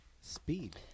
speed